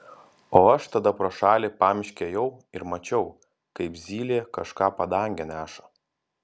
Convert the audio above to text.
o aš tada pro šalį pamiške ėjau ir mačiau kaip zylė kažką padange neša